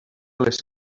les